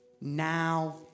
now